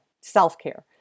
self-care